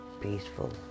peaceful